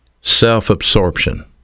self-absorption